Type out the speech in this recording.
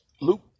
Luke